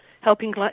helping